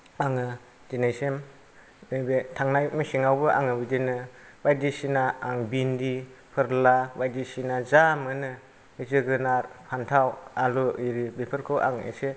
आङो दिनैसिम नैबे थांनाय मेसेङावबो आङो बिदिनो बायदिसिना भिन्दि फोरला बायदिसिना जा मोनो जोगोनार फान्थाव आलु आरि बेफोरखौ